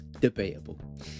debatable